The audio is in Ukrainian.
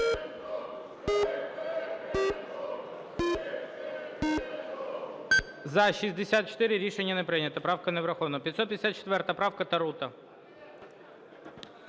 За-64 Рішення не прийнято. Правка не врахована. 554 правка, Тарути.